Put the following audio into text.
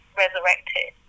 resurrected